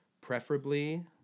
preferably